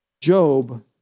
Job